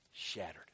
shattered